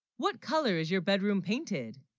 what color is your bedroom painted?